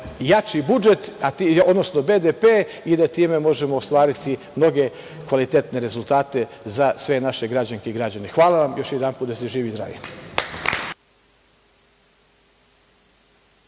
jači budžet, odnosno BDP i da time možemo ostvariti mnoge kvalitetne rezultate za sve naše građanke i građane. Hvala vam. Još jedanput, da ste živi i zdravi.